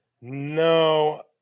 No